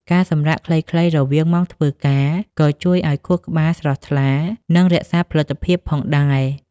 ការសម្រាកខ្លីៗរវាងម៉ោងធ្វើការ ក៏ជួយឱ្យខួរក្បាលស្រស់ថ្លា និងរក្សាផលិតភាពផងដែរ។